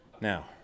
Now